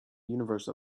universe